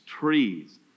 trees